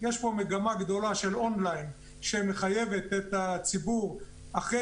יש פה מגמה גדולה של און-ליין שמחייבת את הציבור - אחרי